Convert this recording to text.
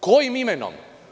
Kojim imenom?